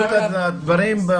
צריך להביא את הדברים בזמן,